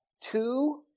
two